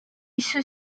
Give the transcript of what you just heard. ceux